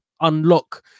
unlock